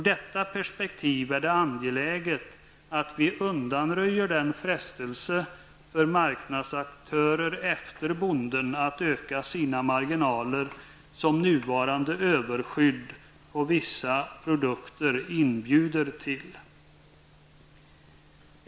Det är angeläget att vi ur detta perspektiv undanröjer den frestelse som nuvarande överskydd på vissa produkter inbjuder till. Det är en frestelse för marknadsaktörer i leden efter bonden att öka sina marginaler.